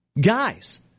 guys